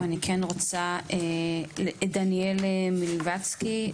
אני רוצה לשמוע את דניאל מילבצקי,